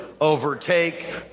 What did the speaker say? Overtake